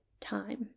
time